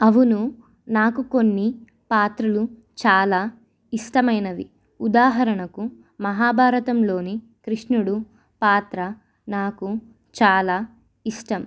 అవును నాకు కొన్ని పాత్రలు చాలా ఇష్టమైనవి ఉదాహరణకు మహాభారతంలోని కృష్ణుడు పాత్ర నాకు చాలా ఇష్టం